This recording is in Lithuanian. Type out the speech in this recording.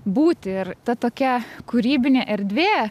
būti ir ta tokia kūrybinė erdvė